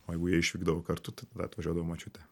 o jeigu jie išvykdavo kartu tai tada atvažiuodavo močiutė